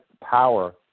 power